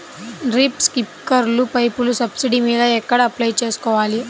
Drip, స్ప్రింకర్లు పైపులు subsidy మీద ఎక్కడ అప్లై చేసుకోవాలి?